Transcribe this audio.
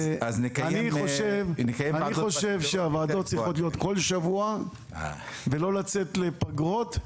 אני חושב שהוועדות צריכות להיות כול שבוע ולא לצאת לפגרות,